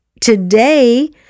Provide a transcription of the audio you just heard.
Today